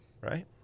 right